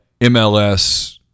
MLS